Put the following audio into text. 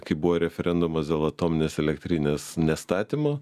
kai buvo referendumas dėl atominės elektrinės nestatymo